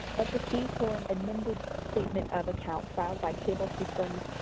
but the fee for an amended statement of account filed by cable systems,